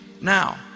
Now